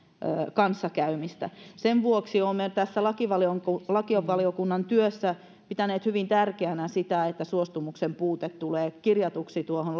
kanssakäymistä sen vuoksi olemme tässä lakivaliokunnan työssä pitäneet hyvin tärkeänä sitä että suostumuksen puute tulee kirjatuksi tuohon